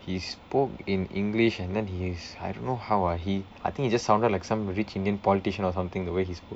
he spoke in english and then he is I don't know how ah he I think he just sounded like some rich indian politician or something the way he sp~